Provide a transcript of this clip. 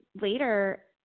later